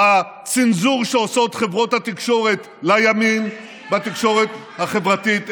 בצנזור שעושות חברות התקשורת לימין בתקשורת החברתית,